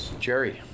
Jerry